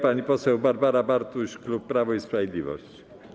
Pani poseł Barbara Bartuś, klub Prawo i Sprawiedliwość.